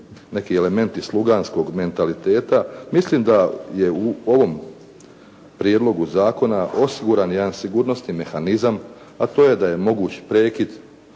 neki element iz sluganskog mentaliteta. Mislim da je u ovom prijedlogu zakona osiguran jedan sigurnosni mehanizam, a to je da je moguć prekid